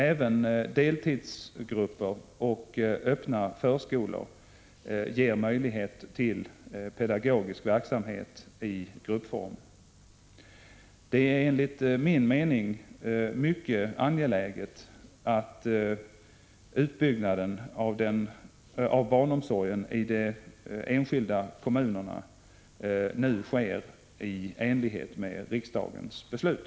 Även deltidsgrupper och öppna förskolor ger möjlighet till pedagogisk verksamhet i gruppform. Det är enligt min mening mycket angeläget att utbyggnaden av barnomsorgen i de enskilda kommunerna nu sker i enlighet med riksdagens beslut.